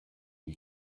you